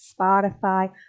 Spotify